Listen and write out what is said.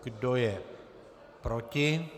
Kdo je proti?